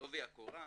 לעובי הקורה,